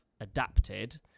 adapted